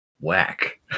Whack